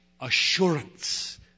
assurance